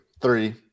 three